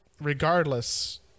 regardless